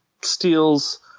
steals